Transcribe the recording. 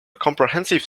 comprehensive